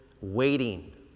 waiting